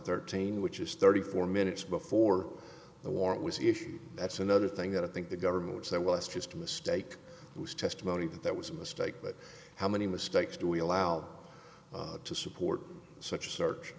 thirteen which is thirty four minutes before the warrant was issued that's another thing that i think the government was that was just a mistake it was testimony that that was a mistake but how many mistakes do we allow to support such a search